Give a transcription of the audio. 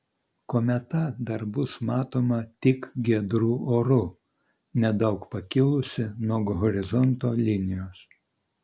kometa dar bus matoma tik giedru oru nedaug pakilusi nuo horizonto linijos